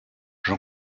jean